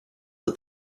het